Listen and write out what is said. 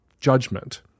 judgment